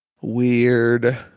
weird